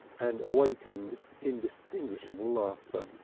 and awakened inextinguishable laughter.